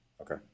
Okay